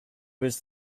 was